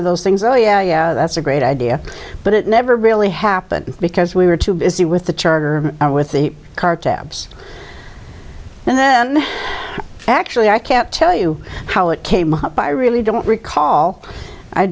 of those things oh yeah yeah that's a great idea but it never really happened because we were too busy with the charter or with the car tabs and then actually i can't tell you how it came up i really don't recall i